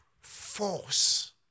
force